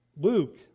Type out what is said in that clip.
Luke